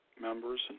members